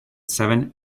seven